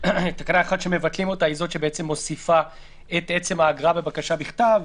1 שמבטלים מוסיפה את עצם האגרה בבקשה בכתב,